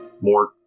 more